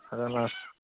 ᱟᱫᱚ ᱚᱱᱟ